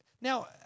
Now